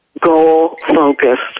goal-focused